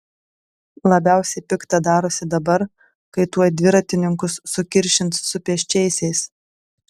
labiausiai pikta darosi dabar kai tuoj dviratininkus sukiršins su pėsčiaisiais